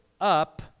up